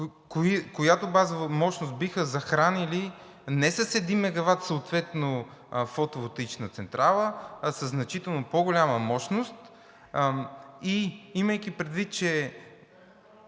която базова мощност биха захранили не с 1 мегават съответно фотоволтаична централа, а със значително по-голяма мощност. И имайки предвид, че